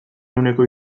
ehuneko